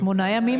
אפשר שמונה ימים.